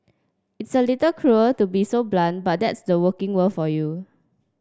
it's a little cruel to be so blunt but that's the working world for you